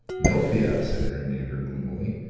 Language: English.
no fear, said her neighbour gloomily.